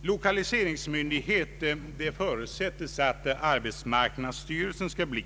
Lokaliseringsmyndighet = förutsättes arbetsmarknadsstyrelsen bli.